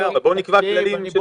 אבל בואו נקבע כללים.